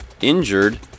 injured